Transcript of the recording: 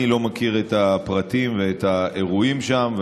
אני לא מכיר את הפרטים ואת האירועים שם,